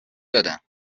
دادن